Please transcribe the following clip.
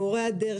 מורי הדרך,